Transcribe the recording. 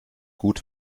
gut